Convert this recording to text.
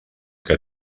que